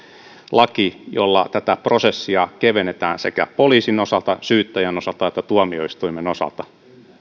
laki jolla tätä prosessia kevennetään sekä poliisin osalta syyttäjän osalta että tuomioistuimen osalta